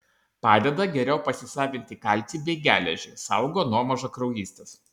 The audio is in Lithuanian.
padeda geriau pasisavinti kalcį bei geležį saugo nuo mažakraujystės